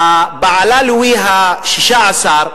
בעלה, לואי ה-16,